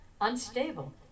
unstable